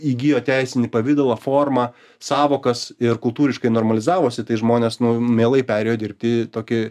įgijo teisinį pavidalą formą sąvokas ir kultūriškai normalizavosi tai žmonės nu mielai perėjo dirbti tokį